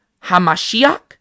Hamashiach